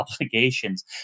obligations